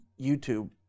YouTube